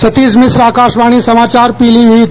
सतीश मिश्र आकाशवाणी समाचार पीलीभीत